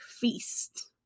feast